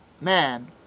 man